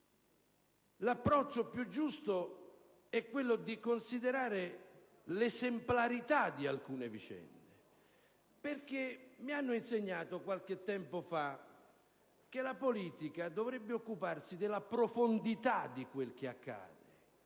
l'approccio più giusto è quello di considerare l'esemplarità di alcune vicende, perché mi hanno insegnato qualche tempo fa che la politica dovrebbe occuparsi della profondità di quel che accade,